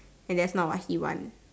and that's not what he want